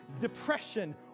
depression